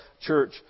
church